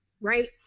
right